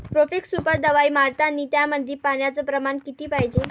Profex super दवाई मारतानी त्यामंदी पान्याचं प्रमाण किती पायजे?